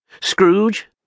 Scrooge